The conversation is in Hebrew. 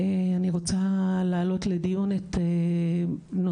אני רוצה להעלות לדיון את נושא